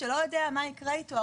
שלא יודע מה יקרה אתו,